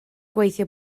gweithio